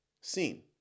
seen